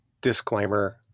disclaimer